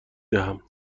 دهم